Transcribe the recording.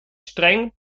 streng